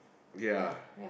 ya